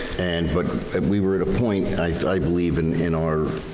and but and we were at a point, and i believe in in our.